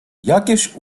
jakież